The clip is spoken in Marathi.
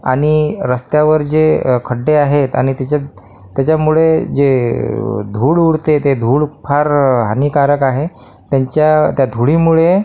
आणि रस्त्यावर जे खड्डे आहेत आणि त्याच्यात त्याच्यामुळे जे धूळ उडते ते धूळ फार हानिकारक आहे त्यांच्या त्या धुळीमुळे